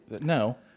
No